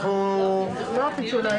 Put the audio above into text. לא הפיצול.